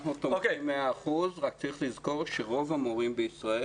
אנחנו תומכים ב-100 אחוזים אבל צריך לזכור שרוב המורים בישראל